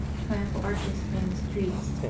triumphal arches spanned the streets.